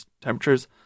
temperatures